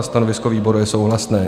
Stanovisko výboru je souhlasné.